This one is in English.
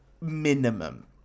Minimum